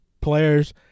players